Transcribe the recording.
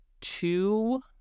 Two